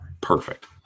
Perfect